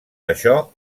això